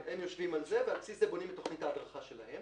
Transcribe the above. הם יושבים על זה ועל בסיס זה בונים את תכנית ההדרכה שלהם.